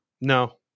No